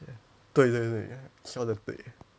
对对对说得对